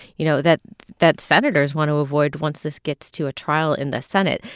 you know, that that senators want to avoid once this gets to a trial in the senate.